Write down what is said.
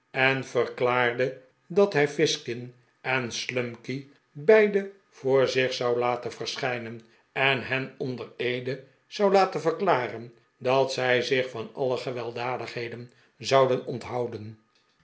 en verklaarde dat hij fizkin en slumkey beide voor zich zou laten verschijnen en hen onder eede zou laten verklaren dat zij zich van alle gewelddadigheden zouden onthouden